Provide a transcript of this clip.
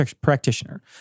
practitioner